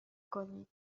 کنید